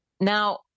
Now